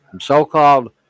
so-called